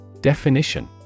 Definition